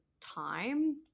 time